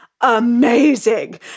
amazing